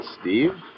Steve